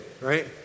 right